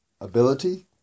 ability